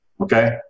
okay